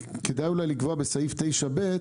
כדאי אולי לקבוע בסעיף 9(ב)